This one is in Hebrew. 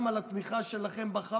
גם עם התמיכה שלכם בחמאס,